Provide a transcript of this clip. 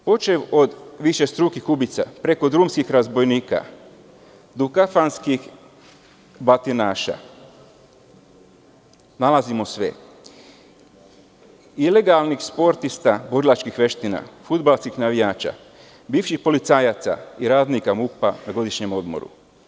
Počev od višestrukih ubica preko drumskih razbojnika do kafanskih batinaša, nalazimo sve, ilegalni sportista borilačkih veština, fudbalskih navijača, bivših policajaca i radnika MUP na godišnjem odmoru.